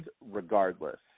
regardless